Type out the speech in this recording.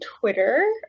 twitter